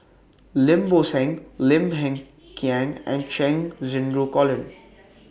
Lim Bo Seng Lim Hng Kiang and Cheng Xinru Colin